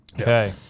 Okay